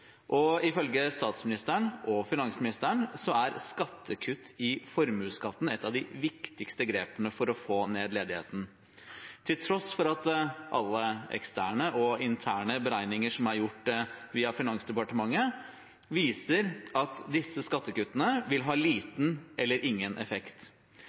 og ifølge statsminister og finansminister er skattekutt i formuesskatten et av de viktigste grepene for å få ned ledigheten. Til tross for at alle eksterne og interne beregninger Finansdepartementet har gjort på dette, viser at skattekutt vil ha liten eller ingen effekt.